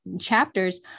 chapters